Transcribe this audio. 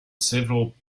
several